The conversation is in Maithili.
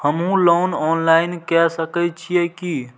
हमू लोन ऑनलाईन के सके छीये की?